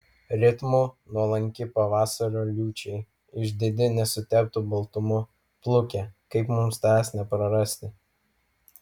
ritmu nuolanki pavasario liūčiai išdidi nesuteptu baltumu pluke kaip mums tavęs neprarasti